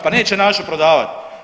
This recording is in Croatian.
Pa neće našu prodavati.